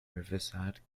riverside